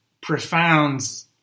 profound